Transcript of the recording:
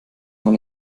man